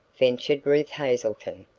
ventured ruth hazelton.